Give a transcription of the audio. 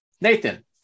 Nathan